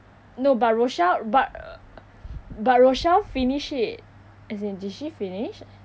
no but rochel but but rochel finish it as in did she finish